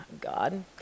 God